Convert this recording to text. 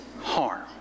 harm